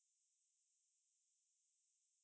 I I ya it's um it's quite nice for me